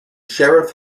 sheriff